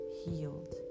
healed